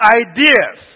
ideas